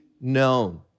known